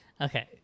Okay